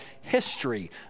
history